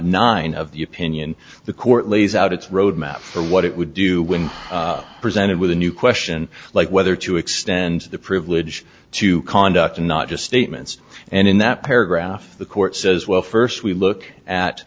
nine of the opinion the court lays out its roadmap for what it would do when presented with a new question like whether to extend the privilege to conduct and not just statements and in that paragraph the court says well first we look at